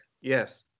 Yes